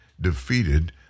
defeated